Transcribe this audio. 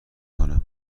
کنم